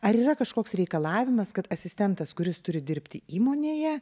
ar yra kažkoks reikalavimas kad asistentas kuris turi dirbti įmonėje